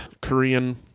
Korean